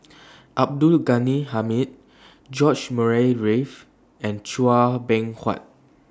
Abdul Ghani Hamid George Murray Reith and Chua Beng Huat